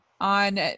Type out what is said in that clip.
on